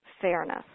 fairness